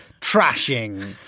Trashing